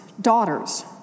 daughters